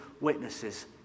witnesses